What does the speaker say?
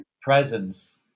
presence